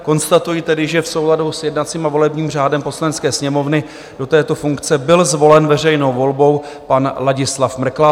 Konstatuji tedy, že v souladu s jednacím a volebním řádem Poslanecké sněmovny do této funkce byl zvolen veřejnou volbou pan Ladislav Mrklas.